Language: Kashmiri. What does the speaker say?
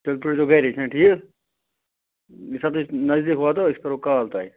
تیٚلہِ پرٛارۍزیٚو گَرِی چھُناہ ٹھیٖک ییٚمہِ ساتہٕ أسۍ نٔزدیٖک واتو أسۍ کَرو کال تۄہہِ